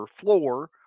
floor